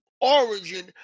origin